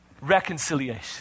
reconciliation